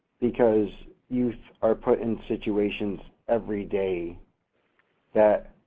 because youth are put in situations every day that,